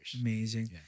Amazing